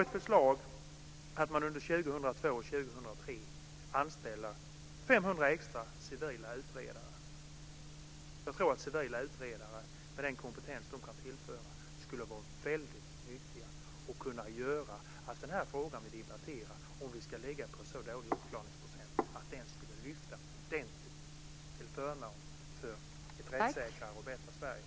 Vårt förslag är att man under 2002 och 2003 anställer 500 extra civila utredare. Jag tror att civila utredare, med den kompetens de kan tillföra, skulle vara väldigt nyttiga. Frågan vi debatterar är ju om vi ska ligga på en så dålig uppklarningsprocent, och de skulle kunna göra att denna lyfte ordentligt till förmån för ett rättssäkrare och bättre Sverige.